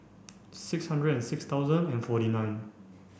six hundred and six thousand and forty nine